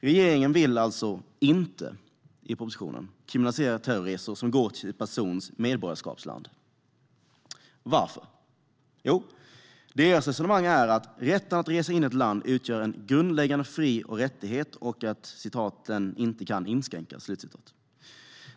Regeringen vill alltså i propositionen inte kriminalisera terrorresor som går till en persons medborgarskapsland. Varför? Jo, deras resonemang är att rätten att resa in i ett land utgör en grundläggande fri och rättighet och att "den inte kan inskränkas".